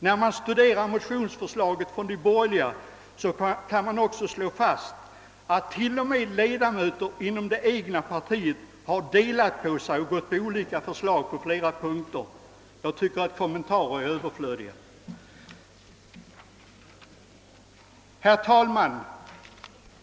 När man studerar motionsförslagen från borgerligt håll kan man också konstatera att till och med ledamöter inom samma parti har framlagt olika förslag på flera punkter. Jag tycker att kommentarer är överflödiga. Herr talman!